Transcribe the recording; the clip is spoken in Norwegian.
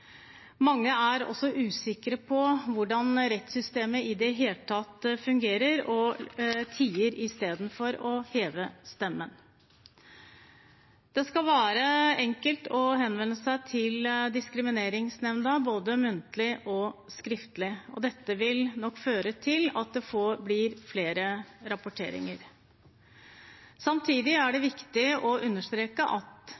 Mange er også usikre på hvordan rettssystemet i det hele tatt fungerer og tier istedenfor å heve stemmen. Det skal være enkelt å henvende seg til Diskrimineringsnemnda både muntlig og skriftlig, og det vil nok føre til at det blir flere rapporteringer. Samtidig er det viktig å understreke at